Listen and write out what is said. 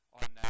on